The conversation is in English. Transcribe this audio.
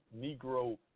Negro